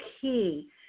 key